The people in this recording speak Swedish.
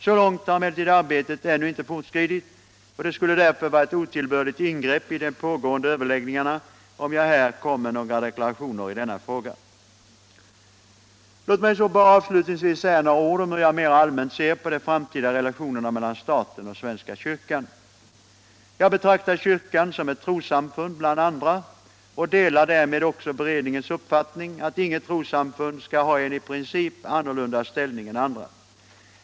Så långt har emellertid arbetet ännu inte fortskridit och det skulle därför vara ett otillbörligt ingrepp i de pågående överläggningarna om jag här kom med några deklarationer i denna fråga. Låt mig bara avslutningsvis säga några ord om hur jag mera allmänt ser på de framtida relationerna mellan staten och svenska kyrkan. Jag betraktar kyrkan som ett trossamfund bland andra och delar därmed också beredningens uppfattning att inget trossamfund skall ha en i princip annorlunda ställning än andra.